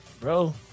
Bro